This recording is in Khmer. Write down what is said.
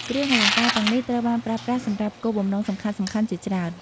គ្រឿងអលង្ការទាំងនេះត្រូវបានប្រើប្រាស់សម្រាប់គោលបំណងសំខាន់ៗជាច្រើន។